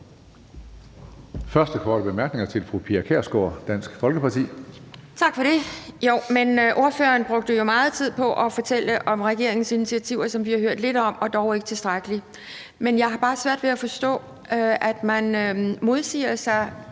Første korte bemærkning er fra fru Pia Kjærsgaard, Dansk Folkeparti. Kl. 19:30 Pia Kjærsgaard (DF): Tak for det. Ordføreren brugte jo meget tid på at fortælle om regeringens initiativer, som vi har hørt lidt om, men dog ikke tilstrækkeligt. Jeg har bare svært ved at forstå, at man modsætter sig